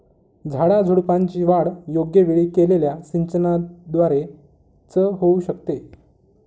झाडाझुडपांची वाढ योग्य वेळी केलेल्या सिंचनाद्वारे च होऊ शकते